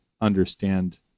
understand